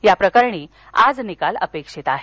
या प्रकरणी आज निकाल अपेक्षित आहे